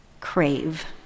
crave